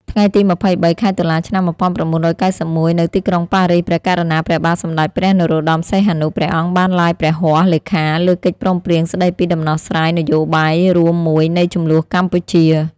ថ្ងៃទី២៣ ខែតុលា ឆ្នាំ១៩៩១ នៅទីក្រុងប៉ារីស ព្រះករុណាព្រះបាទសម្តេចព្រះនរោត្តម សីហនុ ព្រះអង្គបានឡាយព្រះហស្ថលេខា លើកិច្ចព្រមព្រៀងស្តីពីដំណោះស្រាយនយោបាយរួមមួយនៃជម្លោះកម្ពុជា។